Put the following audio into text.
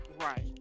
Right